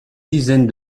dizaine